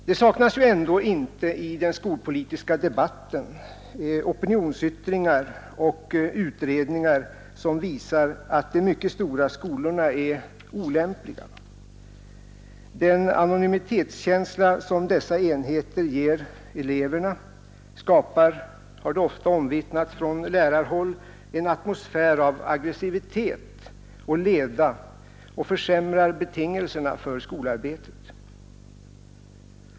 Det saknas ju ändå inte i den skolpolitiska debatten opinionsyttringar och utredningar, som visar att de mycket stora skolorna är olämpliga. Den anonymitetskänsla som dessa enheter ger eleverna skapar — det har ofta omvittnats från lärarhåll — en atmosfär av aggressivitet och leda och försämrar betingelserna för skolarbetet.